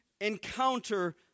encounter